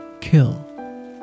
kill